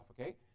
okay